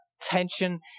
tension